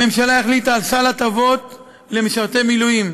הממשלה החליטה על סל הטבות למשרתי מילואים.